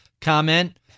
comment